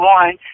one